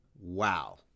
Wow